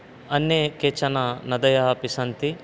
अन्ये केचन नद्यः अपि सन्ति